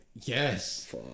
Yes